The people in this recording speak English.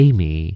Amy